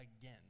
again